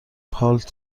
پالت